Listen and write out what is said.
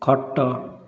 ଖଟ